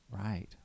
Right